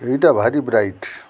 ଏଇଟା ଭାରି ବ୍ରାଇଟ୍